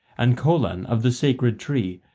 and colan of the sacred tree,